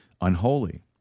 unholy